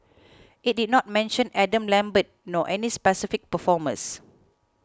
it did not mention Adam Lambert nor any specific performers